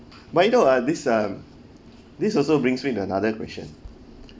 but you know ah this um this also brings in another question